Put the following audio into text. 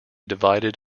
divided